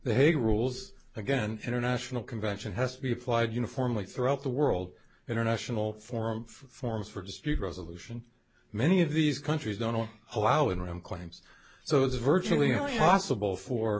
hague rules again international convention has to be applied uniformly throughout the world international forum forms for dispute resolution many of these countries don't allow in room claims so it's virtually impossible for